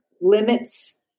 limits